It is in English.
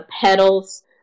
petals